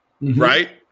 right